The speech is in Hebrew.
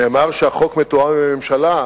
נאמר שהחוק מתואם עם הממשלה.